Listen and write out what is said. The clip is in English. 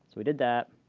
we did that.